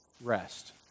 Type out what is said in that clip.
rest